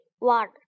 water